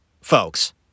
folks